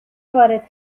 وارد